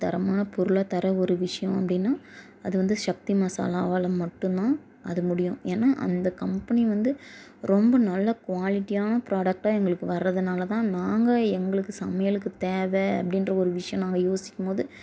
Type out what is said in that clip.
தரமான பொருளாக தர ஒரு விஷயம் அப்படினா அது வந்து சக்தி மசாலாவால் மட்டும் தான் அது முடியும் ஏன்னா அந்த கம்பெனி வந்து ரொம்ப நல்ல குவாலிட்டியான ஃப்ராடக்ட்டாக எங்களுக்கு வரதுனால தான் நாங்கள் எங்களுக்கு சமையலுக்கு தேவை அப்படின்ற ஒரு விஷயம் நாங்கள் யோசிக்கும் போது